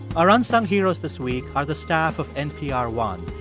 our unsung heroes this week are the staff of npr one.